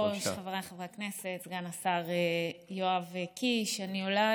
חבריי חברי הכנסת, סגן השר יואב קיש, אני עולה